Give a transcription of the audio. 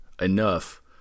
enough